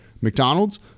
McDonald's